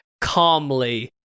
calmly